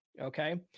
Okay